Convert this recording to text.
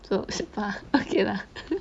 s~ so far okay lah